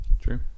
true